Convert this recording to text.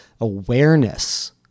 awareness